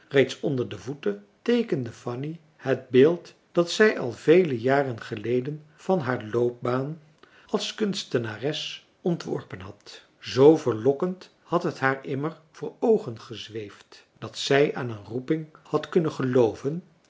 reeds onder de voeten teekende fanny het beeld dat zij al vele jaren geleden van haar loopbaan als kunstenares ontworpen had zoo verlokkend had het haar immer voor oogen gezweefd dat zij aan een roeping had kunnen gelooven